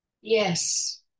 Yes